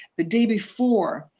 the day before,